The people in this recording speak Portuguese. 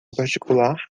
particular